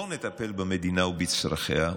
לא נטפל במדינה ובצרכיה?